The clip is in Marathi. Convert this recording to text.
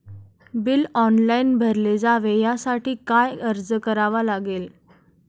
बिल ऑनलाइन भरले जावे यासाठी काय अर्ज करावा लागेल?